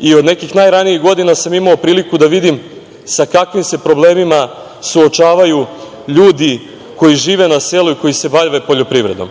i od nekih najranijih godina sam imao priliku da vidim sa kakvim se problemima suočavaju ljudi koji žive na selu i koji se bave poljoprivredom.